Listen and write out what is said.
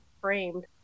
framed